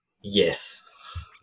Yes